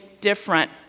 different